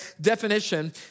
Definition